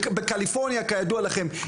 בקליפורניה כידוע לכם,